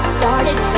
started